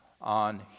on